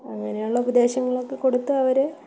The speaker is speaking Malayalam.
അങ്ങനെയുള്ള ഉപദേശങ്ങളൊക്കെ കൊടുത്തവരെ